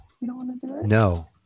no